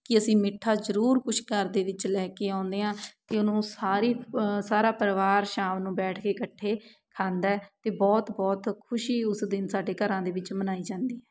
ਕਿ ਅਸੀਂ ਮਿੱਠਾ ਜ਼ਰੂਰ ਕੁਛ ਘਰ ਦੇ ਵਿੱਚ ਲੈ ਕੇ ਆਉਂਦੇ ਹਾਂ ਅਤੇ ਉਹਨੂੰ ਸਾਰੀ ਸਾਰਾ ਪਰਿਵਾਰ ਸ਼ਾਮ ਨੂੰ ਬੈਠ ਕੇ ਇਕੱਠੇ ਖਾਂਦਾ ਹੈ ਅਤੇ ਬਹੁਤ ਬਹੁਤ ਖੁਸ਼ੀ ਉਸ ਦਿਨ ਸਾਡੇ ਘਰਾਂ ਦੇ ਵਿੱਚ ਮਨਾਈ ਜਾਂਦੀ